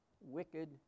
wicked